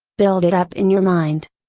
build it up in your mind.